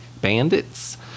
Bandits